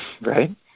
right